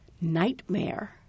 Nightmare